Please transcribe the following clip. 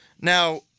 Now